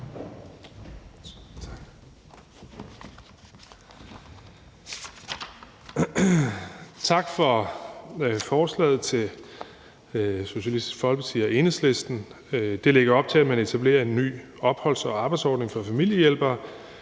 Bek): Tak til Socialistisk Folkeparti og Enhedslisten for forslaget. Det lægger op til, at man etablerer en ny opholds- og arbejdsordning for familiehjælpere,